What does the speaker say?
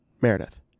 Meredith